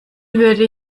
würde